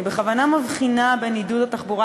אני בכוונה מבחינה בין עידוד התחבורה